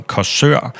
Korsør